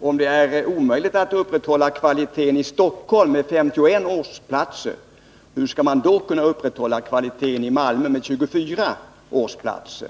om det är omöjligt att upprätthålla kvaliteten i Stockholm med 51 årsplatser, hur skall man då kunna upprätthålla kvaliteten i Malmö med 24 årsplatser?